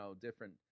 different